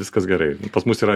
viskas gerai pas mus yra